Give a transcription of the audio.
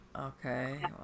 Okay